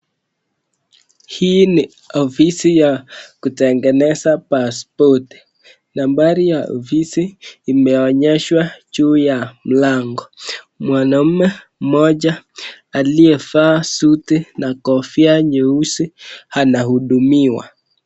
Hii ni ofisi ya kutegeneza pasipoti. Nambari ya ofisi imeonyeshwa juu ya mlango. Mwanaume mmoja aliyevaa suti na kofia nyeusi anahudumiwa.